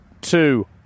two